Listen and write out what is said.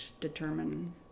determine